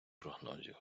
прогнозів